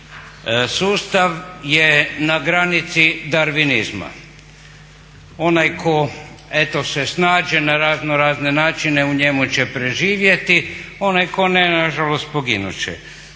Sustav je na granici darvinizma. Onaj tko eto se snađe na raznorazne načine u njemu će preživjeti, onaj tko ne nažalost poginut će.